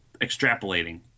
extrapolating